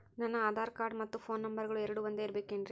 ನನ್ನ ಆಧಾರ್ ಕಾರ್ಡ್ ಮತ್ತ ಪೋನ್ ನಂಬರಗಳು ಎರಡು ಒಂದೆ ಇರಬೇಕಿನ್ರಿ?